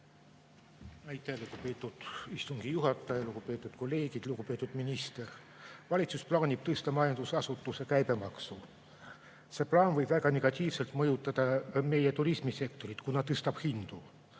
Aitäh, lugupeetud istungi juhataja! Lugupeetud kolleegid! Lugupeetud minister! Valitsus plaanib tõsta majutusasutuste käibemaksu. See plaan võib väga negatiivselt mõjutada meie turismisektorit, kuna tõstab hindu.